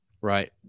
Right